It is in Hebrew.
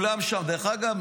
דרך אגב,